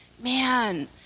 man